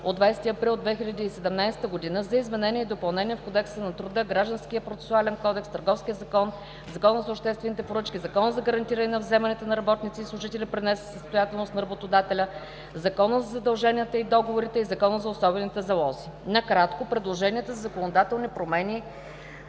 от 20 април 2017 г., за изменение и допълнение в Кодекса на труда, Гражданския процесуален кодекс, Търговския закон, Закона за обществените поръчки, Закона за гарантираните вземания на работниците и служители при несъстоятелност на работодателя, Закона за задълженията и договорите и Закона за особените залози. Накратко, предложенията за законодателни промени